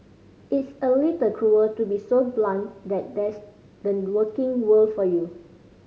it's a little cruel to be so blunt that that's the working world for you